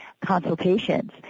consultations